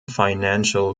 financial